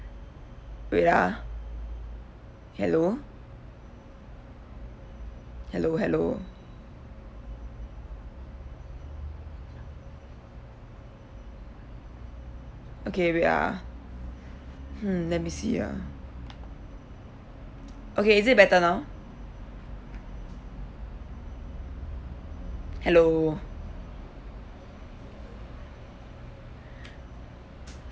wait ah hello hello hello okay wait ah hmm let me see ah okay is it better now hello